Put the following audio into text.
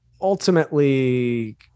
ultimately